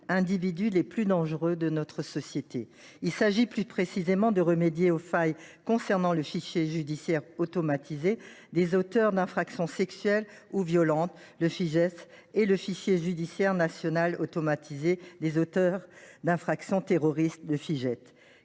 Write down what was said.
individus les plus dangereux de notre société. Il s’agit plus précisément de remédier aux failles du fichier judiciaire national automatisé des auteurs d’infractions sexuelles ou violentes et du fichier judiciaire national automatisé des auteurs d’infractions terroristes.